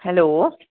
hello